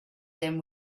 them